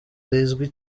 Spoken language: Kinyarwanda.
rizwi